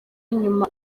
nyuma